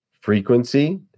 Frequency